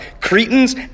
Cretans